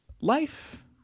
life